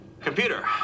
Computer